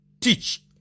Teach